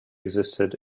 existed